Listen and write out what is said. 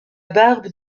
barbe